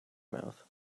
mouth